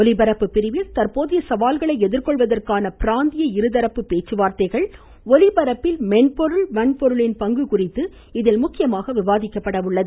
ஒலிபரப்பு பிரிவில் தற்போதைய சவால்களை எதிர்கொள்வதற்கான பிராந்திய இருதரப்பு பேச்சு வார்த்தைகள் ஒலிபரப்பில் மென்பொருள் வன்பொருளின் பங்கு குறித்தும் இதில் விவாதிக்கப்பட உள்ளது